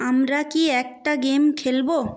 আমরা কি একটা গেম খেলবো